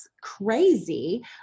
crazy